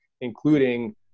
including